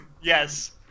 Yes